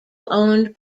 owned